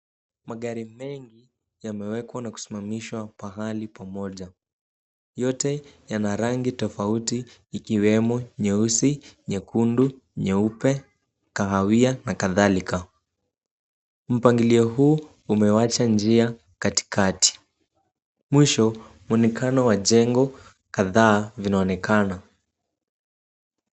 Magari mengi yamewekwa na kusimamishwa pahali pamoja. Yote yana rangi tofauti ikiwemo nyeusi, nyekundu, nyeupe, kahawia na kadhalika .Mpangilio huu umewacha njia katikati, mwisho muonekano wa jengo kadhaa vinaonekana.